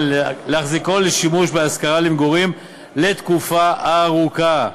להחזיק בו לשימוש להשכרה למגורים לתקופה ארוכה,